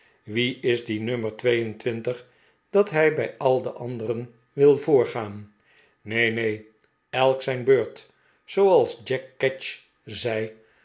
wie is die nummer twee en twintig dat hij bij al de arideren wil voorgaan neen neen elk zijn beurt zooals jack ketch zei